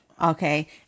Okay